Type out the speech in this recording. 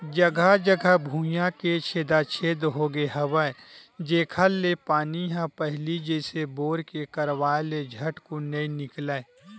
जघा जघा भुइयां के छेदा छेद होगे हवय जेखर ले पानी ह पहिली जइसे बोर के करवाय ले झटकुन नइ निकलय